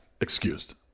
excused